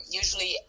usually